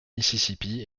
mississippi